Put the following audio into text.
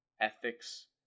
ethics